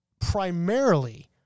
primarily